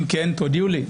אם כן, תודיעו לי.